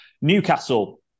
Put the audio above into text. Newcastle